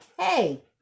Hey